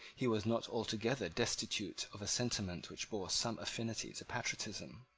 he was not altogether destitute of a sentiment which bore some affinity to patriotism.